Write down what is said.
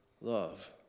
love